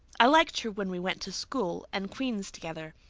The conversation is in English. i liked her when we went to school and queen's together.